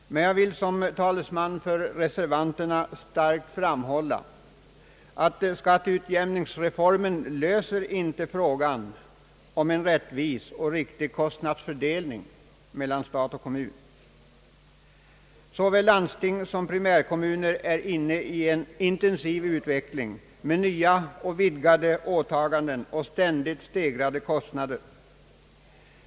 Men jag vill som talesman för reservanterna starkt framhålla, att skatteutjämningsreformen inte löser frågan om en rättvis och riktig kostnadsfördelning mellan stat och kommun. Såväl landsting som primärkommuner är inne i en intensiv utveckling med nya och vidgade åtaganden och ständigt stegrade kostnader.